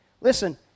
Listen